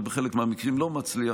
אבל בחלק מהמקרים לא מצליח,